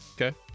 Okay